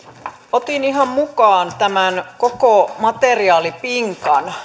otin ihan mukaan tämän koko materiaalipinkan